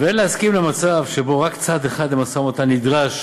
ואין להסכים למצב שבו רק צד אחד למשא-ומתן נדרש